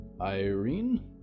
Irene